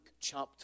chapter